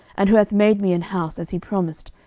and who hath made me an house, as he promised,